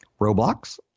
Roblox